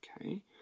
Okay